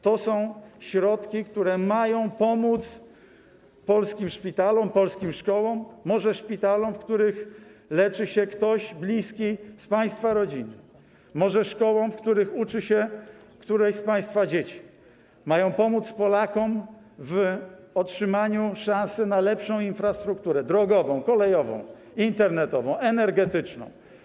To są środki, które mają pomóc polskim szpitalom, polskim szkołom - może szpitalom, w których leczy się ktoś bliski z państwa rodziny, może szkołom, w których uczy się któreś z państwa dzieci - które mają pomóc Polakom w otrzymaniu szansy na lepszą infrastrukturę: drogową, kolejową, internetową, energetyczną.